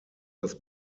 das